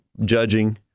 judging